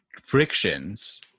frictions